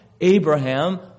Abraham